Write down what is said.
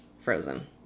frozen